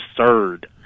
absurd